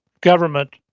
government